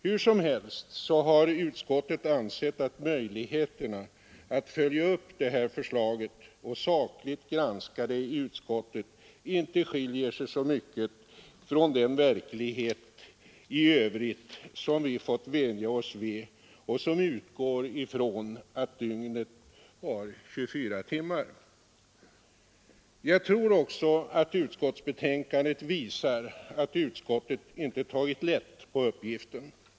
Hur som helst så har utskottet ansett att möjligheterna att följa upp förslaget och sakligt granska det i utskottet inte skiljer sig så mycket från den verklighet i övrigt som vi har fått vänja oss vid och som utgår från att dygnet har 24 timmar. Jag tror också att utskottsbetänkandet visar att utskottet inte har tagit lätt på uppgiften.